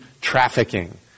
trafficking